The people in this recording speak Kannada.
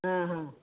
ಆಂ ಹಾಂ